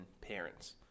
parents